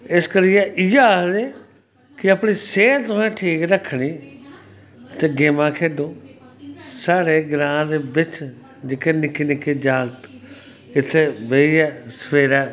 इस करियै इयै आखदे कि अपनी सेह्त तुसें ठीक रक्खनी ते गेमां खेढो साढ़ै ग्रां दे बिच जेह्के निक्के जाग्त इत्थैं बेहिऐ सवेरै